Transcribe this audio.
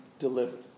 delivered